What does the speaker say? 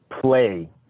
play